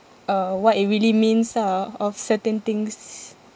uh what it really means ah of certain things